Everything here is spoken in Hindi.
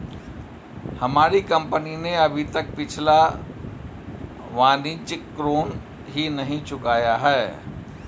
हमारी कंपनी ने अभी तक पिछला वाणिज्यिक ऋण ही नहीं चुकाया है